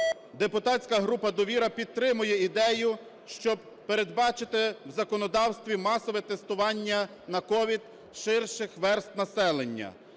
депутатська група "Довіра" підтримує ідею, щоб передбачити в законодавстві масове тестування на COVID ширших верств населення.